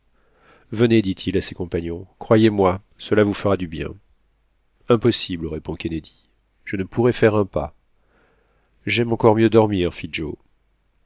venez dit-il à ses compagnons croyez-moi cela vous fera du bien impossible répondit kennedy je ne pourrais faire un pas j'aime encore mieux dormir